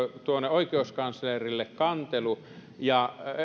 oikeuskanslerille kantelu ja